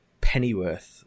pennyworth